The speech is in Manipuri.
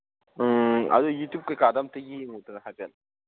ꯎꯝ ꯑꯗꯨ ꯌꯨꯇ꯭ꯌꯨꯕ ꯀꯔꯤ ꯀꯔꯥꯗ ꯑꯃꯨꯛꯇ ꯌꯦꯡꯉꯨꯗꯅ ꯍꯥꯏꯐꯦꯠ